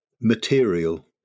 material